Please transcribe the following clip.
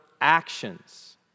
actions